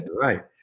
Right